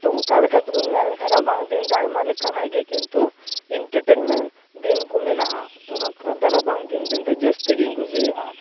ᱛᱚ ᱚᱱᱠᱟ ᱞᱮᱠᱟᱛᱮᱵᱚᱱ ᱢᱮᱱ ᱞᱮᱠᱷᱟᱱ ᱨᱟᱵᱟᱝ ᱫᱤᱱ ᱫᱚ ᱟᱭᱢᱟ ᱞᱮᱠᱟᱱᱟᱜ ᱜᱮ ᱠᱤᱱᱛᱩ ᱤᱱᱴᱟᱨᱴᱮᱰᱢᱮᱱ ᱫᱤᱱ ᱠᱚ ᱢᱮᱱᱟᱜᱼᱟ ᱛᱚ ᱚᱱᱟ ᱠᱟᱨᱚᱱ ᱛᱮ ᱨᱟᱵᱟᱝ ᱫᱚ ᱡᱟᱹᱥᱛᱤ ᱜᱮᱧ ᱠᱩᱥᱤᱭᱟᱜᱼᱟ